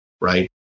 right